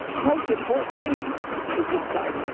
the most important thing is to decide,